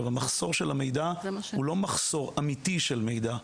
המחסור של המידע הוא לא מחסור אמיתי של מידע.